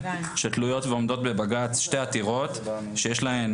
שתלויות ועומדות בבג"ץ שתי עתירות שיש להן